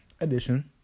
edition